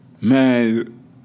man